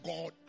God